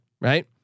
right